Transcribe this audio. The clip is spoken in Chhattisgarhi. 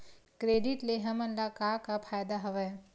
क्रेडिट ले हमन ला का फ़ायदा हवय?